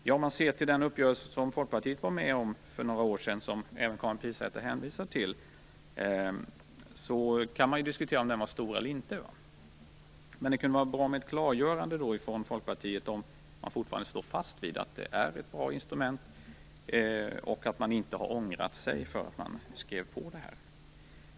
Man kan ju diskutera om den uppgörelse som Folkpartiet var med om för några år sedan, som även Karin Pilsäter hänvisade till, var stor eller inte. Det kunde vara bra med ett klargörande från Folkpartiet om de fortfarande står fast vid att det är ett bra instrument och att de inte har ångrat att de skrev på det här.